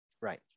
Right